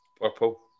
Purple